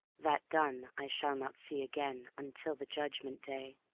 that done, i shall not see again until the judgment day.